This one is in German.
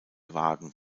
wagen